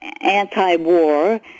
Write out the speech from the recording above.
anti-war